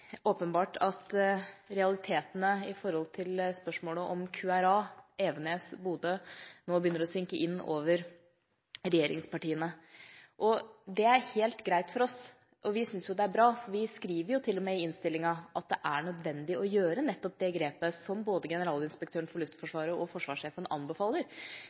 åpenbart at realitetene når det gjelder spørsmålet om QRA – Evenes–Bodø – nå begynner å synke inn over regjeringspartiene. Det er helt greit for oss. Vi syns det er bra, og skriver til og med i innstillingen at det er nødvendig å gjøre nettopp det grepet som både generalinspektøren for Luftforsvaret og Forsvarssjefen anbefaler.